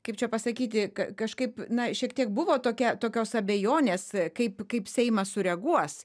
kaip čia pasakyti kažkaip na šiek tiek buvo tokia tokios abejonės kaip kaip seimas sureaguos